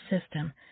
system